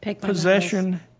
possession